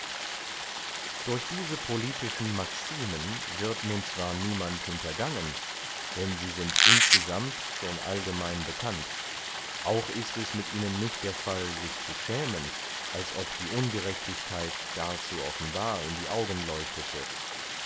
durch diese politische maximen wird nun zwar niemand hintergangen denn sie sind insgesammt schon allgemein bekannt auch ist es mit ihnen nicht der fall sich zu schämen als ob die ungerechtigkeit gar zu offenbar in die augen leuchtete